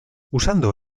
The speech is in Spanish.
usando